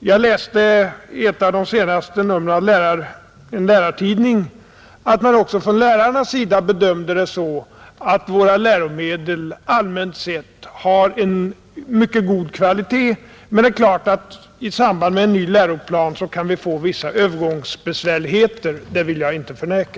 Jag läste i ett av de senaste numren av en lärartidning att man också från lärarnas sida bedömt det så, att våra läromedel allmänt sett har en mycket god kvalitet. Men det är klart att vi i samband med en ny läroplan kan få vissa övergångsbesvärligheter — det vill jag inte förneka.